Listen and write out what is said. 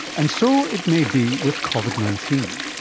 and so it may be with covid nineteen.